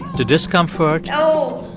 to discomfort. oh.